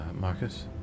Marcus